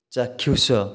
ଚାକ୍ଷୁଷ